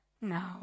No